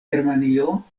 germanio